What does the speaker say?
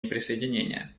неприсоединения